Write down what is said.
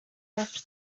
left